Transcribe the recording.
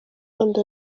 igihugu